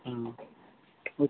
हाँ